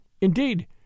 Indeed